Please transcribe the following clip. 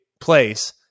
place